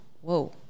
whoa